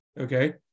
okay